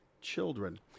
children